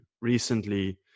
recently